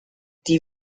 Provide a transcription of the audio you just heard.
die